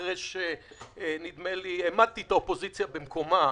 אחרי שנדמה לי שהעמדתי את האופוזיציה במקומה.